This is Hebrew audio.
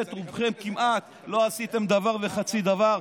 רובכם כמעט לא עשיתם דבר וחצי דבר,